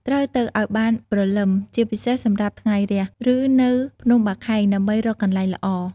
ត្រូវ ទៅឲ្យបានព្រលឹម ជាពិសេសសម្រាប់ថ្ងៃរះ ឬនៅភ្នំបាខែង ដើម្បីរកកន្លែងល្អ។